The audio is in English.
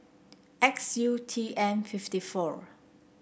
X U T M fifty four